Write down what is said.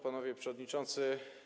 Panowie Przewodniczący!